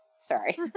Sorry